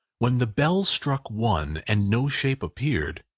when the bell struck one, and no shape appeared,